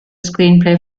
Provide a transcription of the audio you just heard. screenplay